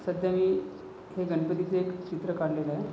सध्या मी हे गणपतीचं एक चित्र काढलेलं आहे